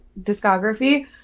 discography